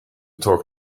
talk